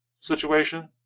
situation